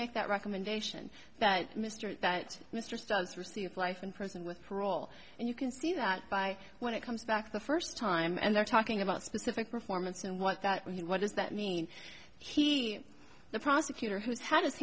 make that recommendation that mr that mr stubbs received life in prison with parole and you can see that by when it comes back the first time and they're talking about specific performance and what that what does that mean he the prosecutor who's had his